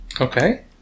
Okay